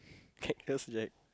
Katnus be like